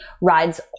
rides